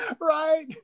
right